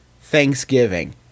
Thanksgiving